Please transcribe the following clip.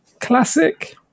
Classic